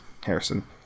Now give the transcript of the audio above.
harrison